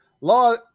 Law